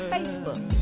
Facebook